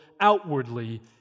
outwardly